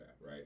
right